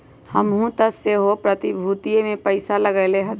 हमहुँ तऽ सेहो प्रतिभूतिय में पइसा लगएले हती